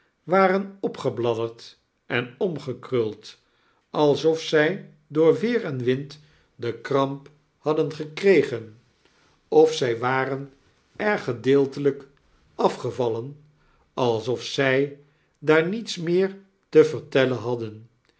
waren opgebladderd en omgekruld alsof zy door weer en wind de kramp hadden gekregen of zy waren er gedeeltelyk afgevallen alsof zij daar niets meer te vertellen hadden